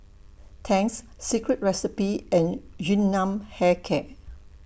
Tangs Secret Recipe and Yun Nam Hair Care